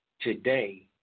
today